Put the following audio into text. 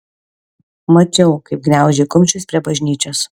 mačiau kaip gniaužei kumščius prie bažnyčios